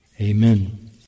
Amen